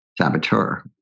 Saboteur